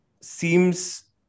seems